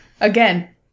Again